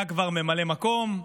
היה כבר ממלא מקום,